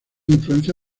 influencia